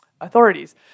authorities